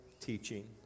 teaching